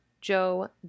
Joe